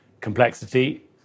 complexity